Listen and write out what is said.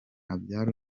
abyara